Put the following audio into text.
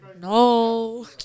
no